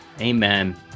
Amen